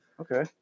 Okay